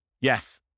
Yes